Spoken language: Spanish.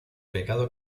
pecado